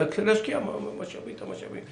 להשקיע את המשאבים.